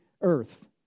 earth